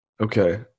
Okay